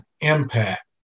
impact